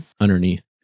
underneath